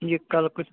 یہِ